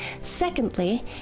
Secondly